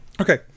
Okay